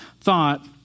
thought